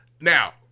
Now